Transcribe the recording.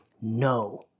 No